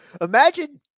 imagine